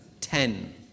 ten